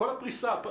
כל הפריסה.